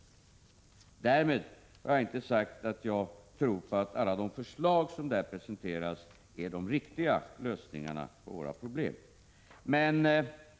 Därmed har jag inte sagt att jag tror på att alla förslag som där presenteras är de riktiga lösningarna på våra problem.